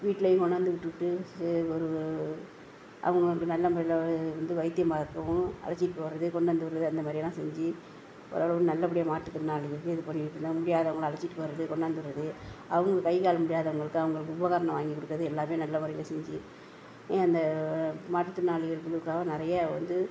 வீட்லேயும் கொண்டாந்து விட்டுட்டு அவங்களுக்கு நல்ல முறையில் வந்து வைத்தியம் பார்க்கவும் அழைச்சிட்டு போவது கொண்டு வந்து விடுவது அந்தமாதிரியெல்லாம் செஞ்சு ஓரளவு நல்லபடியாக மாற்று திறனாளிகளுக்கு இது பண்ணிகிட்ருந்தேன் முடியாதவங்கள அழைச்சிட்டு போவது கொண்டாந்து விடுவது அவங்க கை கால் முடியாதவங்களுக்கு அவங்களுக்கு உபகரணம் வாங்கி கொடுக்குறது எல்லாம் நல்ல முறையில செஞ்சு அந்த மாற்றுத்திறனாளிகளுக்காக நிறைய வந்து